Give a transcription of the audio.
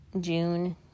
June